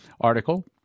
article